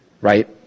right